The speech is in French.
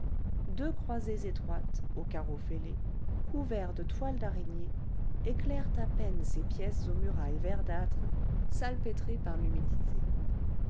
deux croisées étroites aux carreaux fêlés couverts de toiles d'araignée éclairent à peine ces pièces aux murailles verdâtres salpêtrées par l'humidité